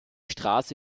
strasse